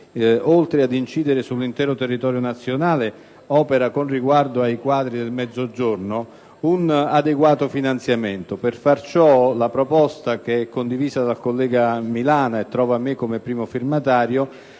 oltre ad incidere sull'intero territorio nazionale, opera con riguardo ai quadri del Mezzogiorno, un adeguato finanziamento. Per far ciò, la proposta, condivisa dal collega Milana e che trova me come primo firmatario,